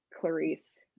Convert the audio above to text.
Clarice